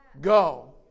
go